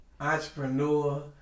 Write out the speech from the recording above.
entrepreneur